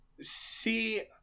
See